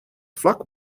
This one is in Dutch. vlak